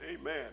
Amen